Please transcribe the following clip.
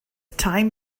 time